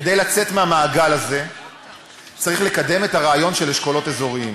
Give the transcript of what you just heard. כדי לצאת מהמעגל הזה צריך לקדם את הרעיון של אשכולות אזוריים,